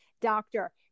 doctor